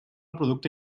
producte